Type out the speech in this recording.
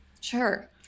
Sure